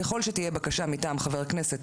ככל שתהיה בקשה מטעם חבר כנסת,